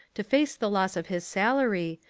to face the loss of his salary,